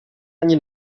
ani